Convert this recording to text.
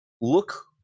look